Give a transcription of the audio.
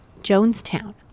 Jonestown